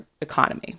economy